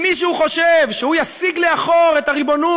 אם מישהו חושב שהוא יסיג לאחור את הריבונות